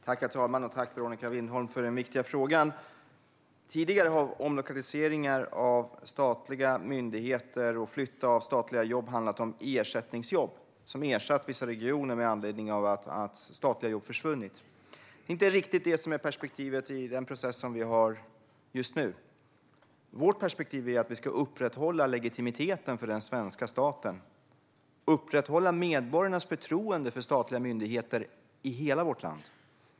Herr talman! Tack, Veronica Lindholm, för den viktiga frågan! Tidigare har omlokaliseringar av statliga myndigheter och flytt av statliga jobb handlat om ersättningsjobb. Man har ersatt vissa regioner med anledning av att statliga jobb försvunnit. Det är inte riktigt det som är perspektivet i den process som vi har just nu. Vårt perspektiv är att vi ska upprätthålla legitimiteten för den svenska staten och upprätthålla medborgarnas förtroende för statliga myndigheter i hela vårt land.